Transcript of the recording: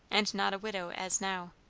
and not a widow as now.